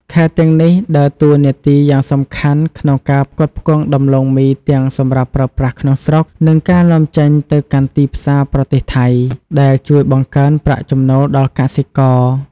ខេត្តទាំងនេះដើរតួនាទីយ៉ាងសំខាន់ក្នុងការផ្គត់ផ្គង់ដំឡូងមីទាំងសម្រាប់ប្រើប្រាស់ក្នុងស្រុក និងការនាំចេញទៅកាន់ទីផ្សារប្រទេសថៃ ដែលជួយបង្កើនប្រាក់ចំណូលដល់កសិករ។